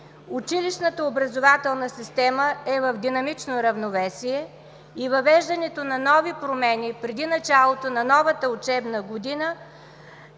училищната образователна система е в динамично равновесие и въвеждането на нови промени преди началото на новата учебна година,